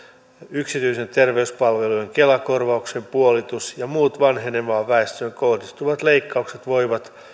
yksityisten terveyspalvelujen kela korvauksen puolitus ja muut vanhenevaan väestöön kohdistuvat leikkaukset voivat